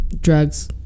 drugs